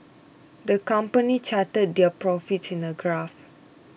the company charted their profits in a graph